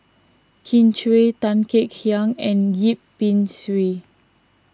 Kin Chui Tan Kek Hiang and Yip Pin Xiu